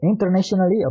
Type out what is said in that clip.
internationally